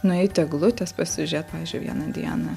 nueiti eglutės pasižiūrėti pavyzdžiui vieną dieną